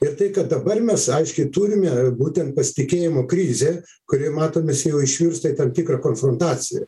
ir tai kad dabar mes aiškiai turime būtent pasitikėjimo krizę kuri matom mes jau išvirsta į tam tikrą konfrontaciją